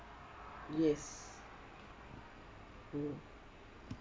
yes mm